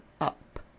up